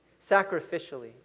sacrificially